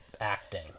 acting